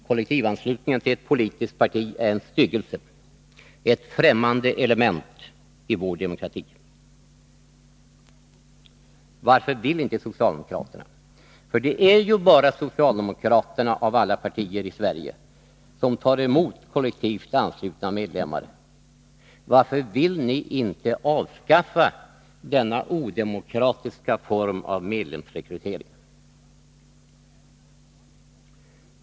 Kollektivanslutning till ett politiskt parti är en styggelse, ett främmande element i vår demokrati. Varför vill inte socialdemokraterna — för det är ju bara socialdemokraterna av landets alla partier som tar emot kollektivt anslutna medlemmar — avskaffa denna odemokratiska form av medlemsrekrytering?